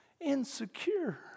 insecure